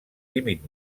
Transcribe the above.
límit